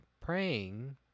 praying